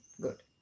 good